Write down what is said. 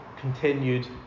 continued